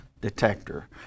detector